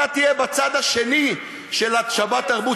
אתה תהיה בצד השני של "שבתרבות",